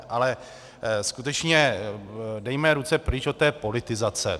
Ale skutečně dejme ruce pryč od té politizace.